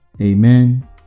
Amen